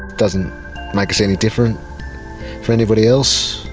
doesn't make us any different from anybody else,